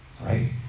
Right